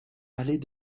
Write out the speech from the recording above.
allée